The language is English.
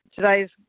today's